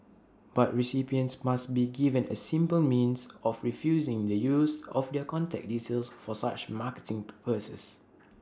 but recipients must be given A simple means of refusing the use of their contact details for such marketing purposes